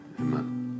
Amen